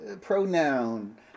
pronoun